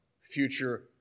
future